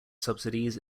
subsidies